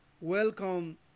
Welcome